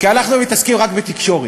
כי אנחנו מתעסקים רק בתקשורת.